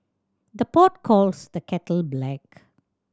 the pot calls the kettle black